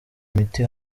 imiti